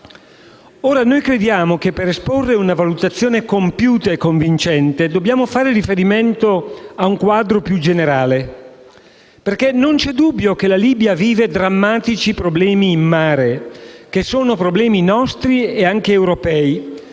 Noi crediamo che per esporre una valutazione compiuta e convincente dobbiamo far riferimento a un quadro più generale, perché non vi è dubbio che la Libia viva drammatici problemi in mare, problemi che sono pure nostri e anche europei.